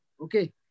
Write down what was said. Okay